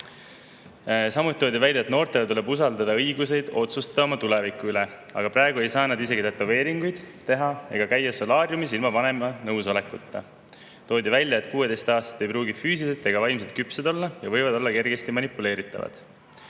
Samuti toodi välja, et noortele tuleb usaldada õigusi otsustada oma tuleviku üle, aga praegu ei saa nad isegi tätoveeringuid teha ega käia solaariumis ilma vanema nõusolekuta. Toodi välja, et 16‑aastased ei pruugi füüsiliselt ega vaimselt küpsed olla ja võivad olla kergesti manipuleeritavad.